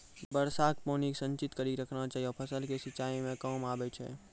वर्षा के पानी के संचित कड़ी के रखना चाहियौ फ़सल के सिंचाई मे काम आबै छै?